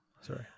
Sorry